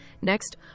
Next